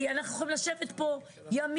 כי אנחנו יכולים לשבת פה ימים,